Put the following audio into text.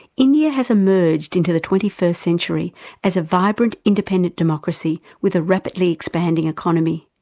india has emerged into the twenty first century as a vibrant, independent democracy with a rapidly expanding economy.